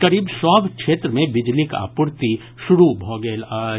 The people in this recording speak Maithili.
करीब सभ क्षेत्र मे बिजलीक आपूर्ति शुरू भऽ गेल अछि